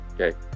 okay